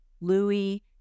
Louis